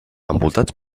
envoltats